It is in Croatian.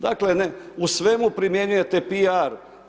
Dakle, u svemu primjenjujete PR.